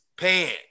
pants